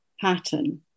pattern